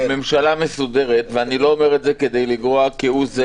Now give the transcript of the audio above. בממשלה מסודרת ואני לא אומר את זה כדי לגרוע כהוא זה